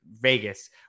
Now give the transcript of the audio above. Vegas